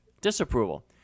disapproval